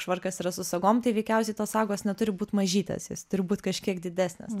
švarkas yra su sagom tai veikiausiai tos sagos neturi būt mažytės jos turi būt kažkiek didesnės